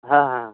ᱦᱮ ᱦᱮᱻ